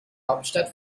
hauptstadt